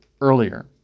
earlier